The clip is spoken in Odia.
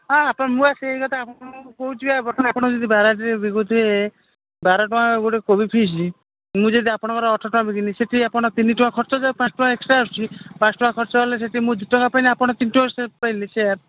ହଁ ଆପଣ ମୁଁ ଆ ସେଇ କଥା ଆପଣଙ୍କୁ କହୁଛି ଆ ବର୍ତ୍ତମାନ ଆପଣ ଯଦି ବାରରେ ବିକୁଥିବେ ବାର ଟଙ୍କା ଗୋଟେ କୋବି ଫିସ୍ ମୁଁ ଯଦି ଆପଣଙ୍କର ଅଠର ଟଙ୍କା ବିକିନି ସେଠି ଆପଣ ତିନି ଟଙ୍କା ଖର୍ଚ୍ଚା ପାଞ୍ଚ ଟଙ୍କା ଏକ୍ସଟ୍ରା ଆସୁଛି ପାଞ୍ଚ ଟଙ୍କା ଖର୍ଚ୍ଚ ହେଲେ ସେଠି ମୁଁ ଦୁଇ ଟଙ୍କା ପାଇଁ ଆପଣ ତିନି ଟଙ୍କା ସେ ପାଇଲେ ସାର୍